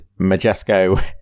Majesco